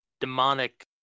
demonic